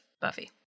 Buffy